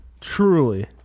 truly